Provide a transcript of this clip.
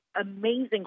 amazing